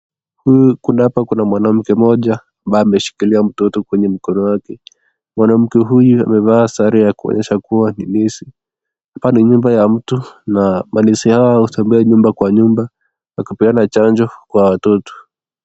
Kuna mwanamke mmoja ambaye ameshikilia mtoto kwenye mkono wake, mwanamke huyu amevalia sare ya kuonyesha kuwa ni nesi, hapa ni nyumba ya mtu na malezi yao ambaye nyumba kwa nyumba kupeana chanjo kwa watoto.